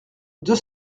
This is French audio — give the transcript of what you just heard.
deux